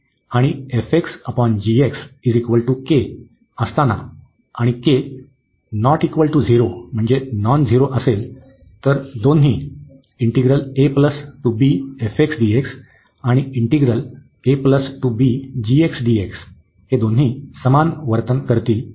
तर आणि असताना जर असेल तर दोन्ही समान वर्तन करतील